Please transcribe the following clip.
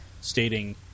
stating